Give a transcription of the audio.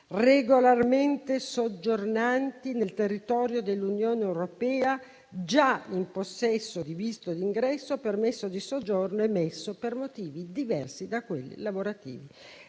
regolarmente soggiornanti nel territorio dell'Unione europea, già in possesso di visto di ingresso o permesso di soggiorno emesso per motivi diversi da quelli lavorativi.